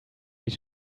need